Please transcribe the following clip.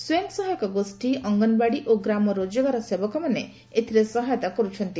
ସ୍ୱୟଂ ସହାୟକ ଗୋଷୀ ଅଙ୍ଗନବାଡି ଓ ଗ୍ରାମ ରୋକଗାର ସେବକମାନେ ଏଥିରେ ସହାୟତା କର୍ସଛନ୍ତି